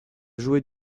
jouer